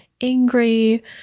angry